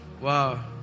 wow